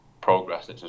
progress